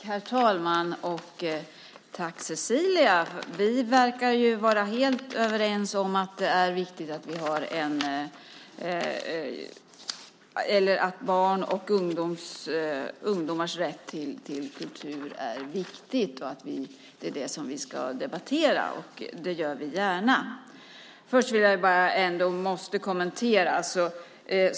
Herr talman! Cecilia och jag verkar vara helt överens om att barns och ungdomars rätt till kultur är viktig. Det är också den vi ska debattera, och det gör vi gärna. Först måste jag bara göra en kommentar.